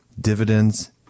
dividends